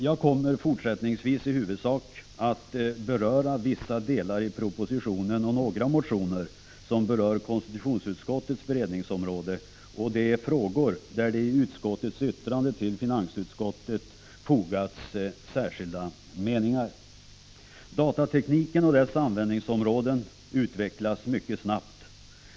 Jag kommer fortsättningsvis att i huvudsak beröra vissa delar av propositionen, några motioner som berör konstitutionsutskottets bered ningområde och de frågor som föranlett avvikande meningar i utskottets yttrande till finansutskottet. Datatekniken och dess användningsområden utvecklas mycket snabbt.